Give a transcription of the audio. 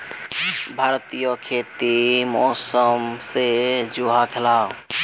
भारतीय खेती मौसम से जुआ खेलाह